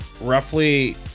roughly